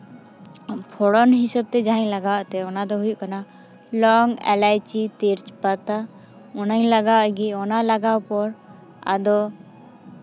ᱯᱷᱳᱸᱲᱟᱱ ᱦᱤᱥᱟᱹᱵ ᱛᱮ ᱡᱟᱦᱟᱸᱧ ᱞᱟᱜᱟᱣ ᱮᱫ ᱛᱟᱦᱮᱱ ᱚᱱᱟ ᱫᱚ ᱦᱩᱭᱩᱜ ᱠᱟᱱᱟ ᱞᱚᱝ ᱮᱞᱟᱭᱪᱤ ᱛᱮᱡᱽᱯᱟᱛᱟ ᱚᱱᱟᱧ ᱞᱟᱜᱟᱣ ᱟᱫ ᱜᱮ ᱚᱱᱟ ᱞᱟᱜᱟᱣ ᱯᱚᱨ ᱟᱫᱚ